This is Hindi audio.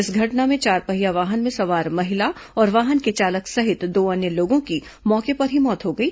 इस घटना में चारपहिया वाहन में सवार महिला और वाहन के चालक सहित दो अन्य लोगों की मौके पर ही मौत हो गई